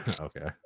Okay